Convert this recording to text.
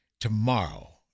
tomorrow